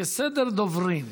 יש סדר דוברים.